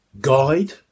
guide